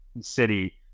city